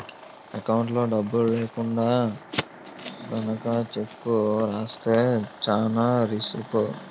ఎకౌంట్లో డబ్బులు లేకుండా గనక చెక్కు రాస్తే చానా రిసుకే